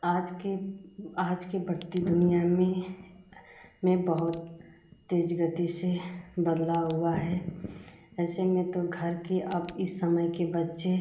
आज के आज के बंटती दुनिया में में बहुत तेज़ गति से बदलाव हुआ है ऐसे में तो घर के अब इस समय के बच्चे